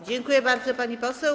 Dziękuję bardzo, pani poseł.